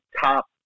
top